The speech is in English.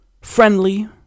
friendly